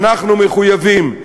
אנחנו מחויבים,